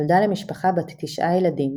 נולדה למשפחה בת תשעה ילדים,